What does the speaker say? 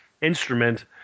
instrument